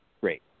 Great